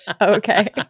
Okay